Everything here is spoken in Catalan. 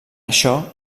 això